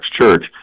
church